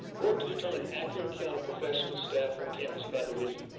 worked to determine accurate count of professional staff on campus by division.